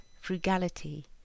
frugality